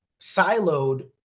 siloed